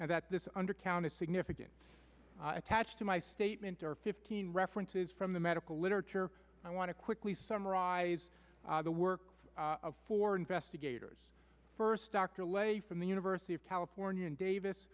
and that this undercount is significant attached to my statement or fifteen references from the medical literature i want to quickly summarize the work for investigators first dr levy from the university of california davis